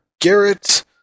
Garrett